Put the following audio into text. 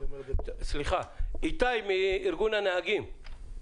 איתי מארגון הנהגים.